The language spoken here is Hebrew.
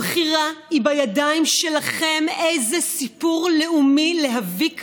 הבחירה היא בידיים שלכם איזה סיפור לאומי להביא כאן,